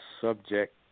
subject